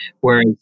Whereas